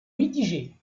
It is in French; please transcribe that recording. mitigé